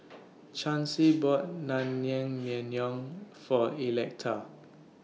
Chancy bought Naengmyeon For Electa